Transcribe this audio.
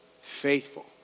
faithful